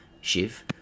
Shiv